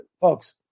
Folks